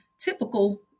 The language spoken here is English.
typical